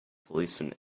policemen